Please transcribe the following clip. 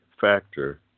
factor